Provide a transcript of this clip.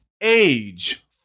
Age